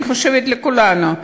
ואני חושבת שלכולנו,